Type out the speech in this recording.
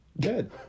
good